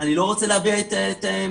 לא רוצה להביע את עמדתי.